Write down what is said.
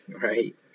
right